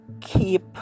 keep